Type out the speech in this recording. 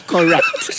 Correct